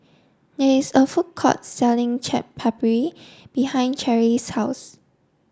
there is a food court selling Chaat Papri behind Charlsie's house